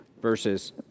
verses